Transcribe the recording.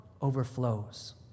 overflows